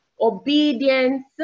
Obedience